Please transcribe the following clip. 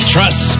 Trust